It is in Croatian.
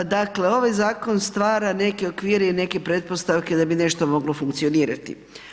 Dakle ovaj zakon stvara neke okvire i neke pretpostavke da bi nešto moglo funkcionirati.